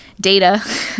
data